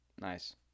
nice